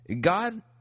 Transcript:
god